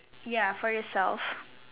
ya for yourself